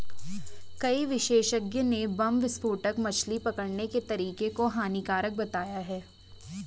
कई विशेषज्ञ ने बम विस्फोटक मछली पकड़ने के तरीके को हानिकारक बताया है